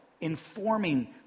informing